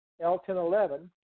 L-1011